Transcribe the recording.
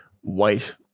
white